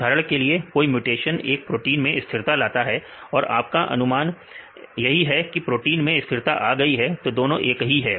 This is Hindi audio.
उदाहरण के लिए कोई म्यूटेशन एक प्रोटीन में स्थिरता लाता है और आपका अनुमान यही है की प्रोटीन में स्थिरता आ गई है तो दोनों एक ही है